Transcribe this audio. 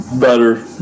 better